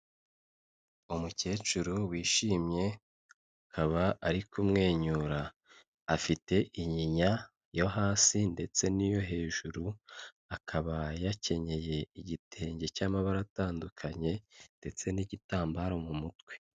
Umukecuru wishimye, akaba ari kumwenyura afite inyinya yo hasi, ndetse n'iyo hejuru akaba yakenyeye igitenge cy'amabara atandukanye ndetse n'igitambaro mu mutwe.